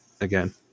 again